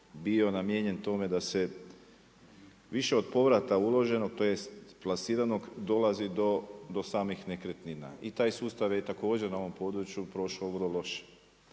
bio namijenjen tome da se više od povrata uloženog, tj. plasirano dolazi do samih nekretnina. I taj sustav je također na ovom području prošao vrlo loše.